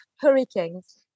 hurricanes